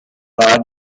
war